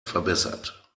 verbessert